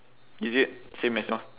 is it same as yours